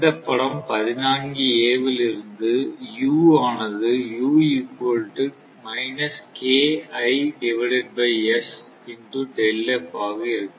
இந்த படம் 14 a வில் இருந்து u ஆனது ஆக இருக்கும்